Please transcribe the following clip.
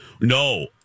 No